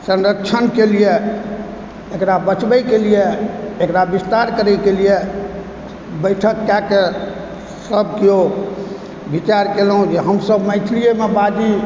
संरक्षणके लिए एकरा बचबयके लिए एकरा विस्तार करयके लिये बैठकके कऽ सभ केओ विचार केलहुँ जे हमसभ मैथिलिएमे बाजी